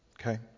Okay